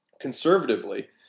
conservatively